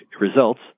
results